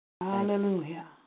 Hallelujah